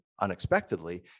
unexpectedly